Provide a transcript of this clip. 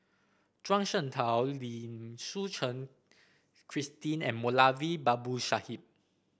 Zhuang Shengtao Lim Suchen Christine and Moulavi Babu Sahib